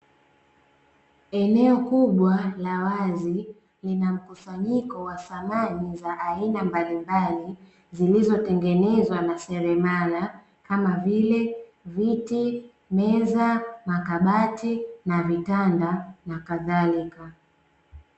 Eneo kubwa la wazi, lina mkusanyiko wa samani za aina mbalimbali, zilizotengenezwa na seremala, kama vile; viti, meza, makabati na vitanda na kadhalika.